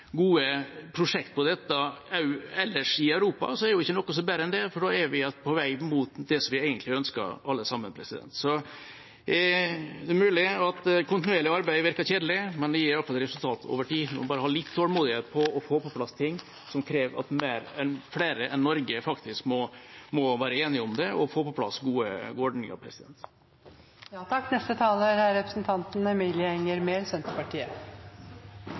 gode prosjekter på dette ellers i Europa, er det ikke noe som er bedre enn det, for da er vi på vei mot det som vi egentlig ønsker alle sammen. Det er mulig at kontinuerlig arbeid virker kjedelig, men det gir resultater over tid. Man må bare ha litt tålmodig med å få på plass ting som krever at flere enn Norge faktisk må være enige om det – og slik få på plass gode ordninger.